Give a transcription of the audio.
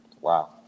Wow